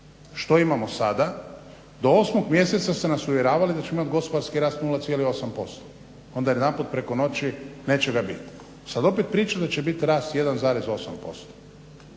Što imamo sada? do 8.mjeseca ste nas uvjeravali da ćemo imati gospodarski rast 0,8% onda jedanput preko noći neće ga biti. Sada opet priča da će biti rast 1,8%.